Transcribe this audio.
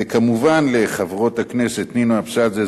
וכמובן לחברות הכנסת נינו אבסדזה,